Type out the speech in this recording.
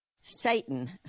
Satan